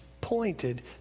pointed